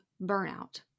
burnout